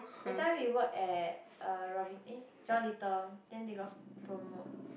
that time we work at err Robinsons~ eh John Little then they got promote